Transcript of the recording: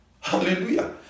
Hallelujah